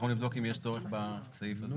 אנחנו נבדוק אם יש צורך בסעיף הזה.